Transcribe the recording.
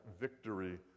victory